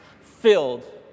filled